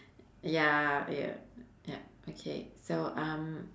ya ya yup okay so um